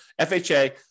FHA